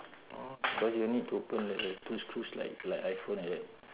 but you need to open the two screws like like iphone like that